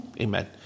Amen